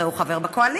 הרי הוא חבר בקואליציה,